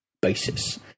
Basis